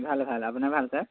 ভাল ভাল আপোনাৰ ভাল ছাৰ